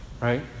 right